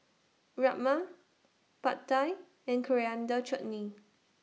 Rajma Pad Thai and Coriander Chutney